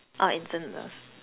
oh instant noodles